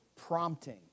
prompting